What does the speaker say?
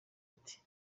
ati